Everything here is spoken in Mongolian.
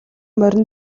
морин